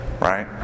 Right